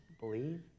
believe